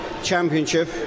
Championship